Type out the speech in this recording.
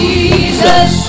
Jesus